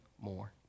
more